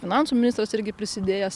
finansų ministras irgi prisidėjęs